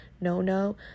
no-no